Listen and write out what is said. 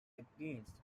against